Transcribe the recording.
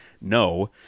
no